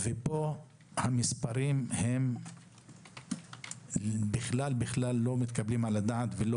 ואילו פה כשהמספרים בכלל לא מתקבלים על הדעת ולא